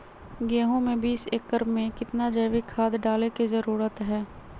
गेंहू में बीस एकर में कितना जैविक खाद डाले के जरूरत है?